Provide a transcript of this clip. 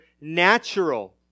natural